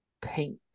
Pink